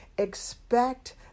Expect